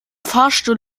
fahrstuhl